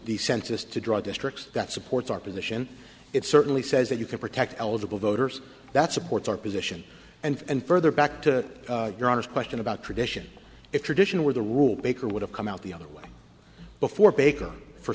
census to draw districts that supports our position it certainly says that you can protect eligible voters that supports our position and further back to your honest question about tradition if tradition were the rule maker would have come out the other way before baker for